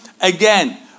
again